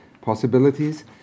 possibilities